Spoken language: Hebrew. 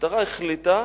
המשטרה החליטה